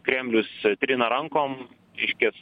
kremlius trina rankom reiškias